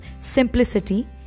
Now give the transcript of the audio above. simplicity